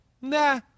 nah